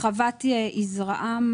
אפשר למלא את זה,